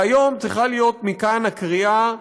והיום צריכה להיות מכאן הקריאה: